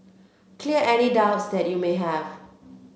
clear any doubts that you may have